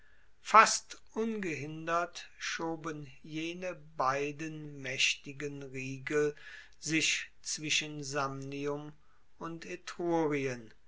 fast ungehindert schoben jene beiden maechtigen riegel sich zwischen samnium und